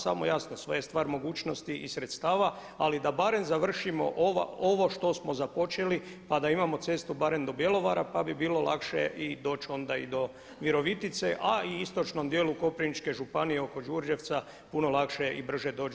Samo jasno, sve je stvar mogućnosti i sredstava, ali da barem završimo ovo što smo započeli pa da imamo cestu barem do Bjelovara pa bi bilo lakše doći onda do Virovitice, a i istočnom dijelu Koprivničke županije oko Đurđevca puno lakše i brže doć do Zagreba.